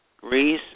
Greece